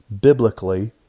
biblically